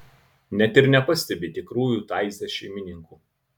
net ir nepastebi tikrųjų taize šeimininkų